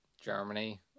Germany